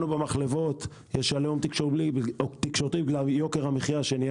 לנו במחלבות יש "עליהום" תקשורתי בגלל יוקר המחיה שנהיה